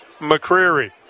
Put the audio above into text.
McCreary